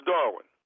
Darwin